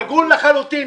הגון לחלוטין.